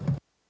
Hvala